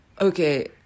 okay